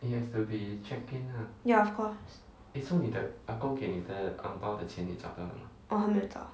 oh 还没有找